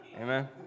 Amen